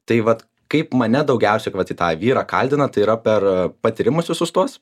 tai vat kaip mane daugiausia kai vat į tą vyrą kaldina tai yra per patyrimus visus tuos